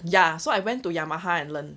ya so I went to yamaha and learn